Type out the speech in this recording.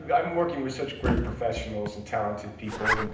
yeah i'm working with such great professionals and talented people. and